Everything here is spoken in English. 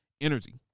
energy